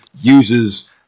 uses